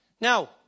Now